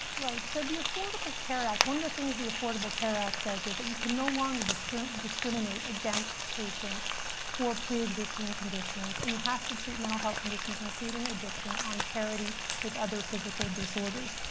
right. so the affordable care act, one of the things the affordable care act says was that you can no longer discriminate discriminate against patients for preexisting conditions, and you have to treat mental health conditions, including addiction, on parity with other physical disorders.